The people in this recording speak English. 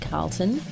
Carlton